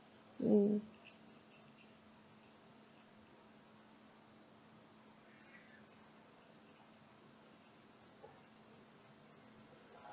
mm